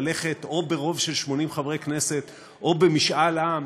ללכת או ברוב של 80 חברי כנסת או במשאל עם,